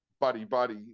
buddy-buddy